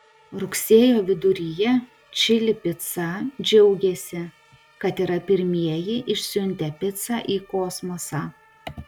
rugsėjo viduryje čili pica džiaugėsi kad yra pirmieji išsiuntę picą į kosmosą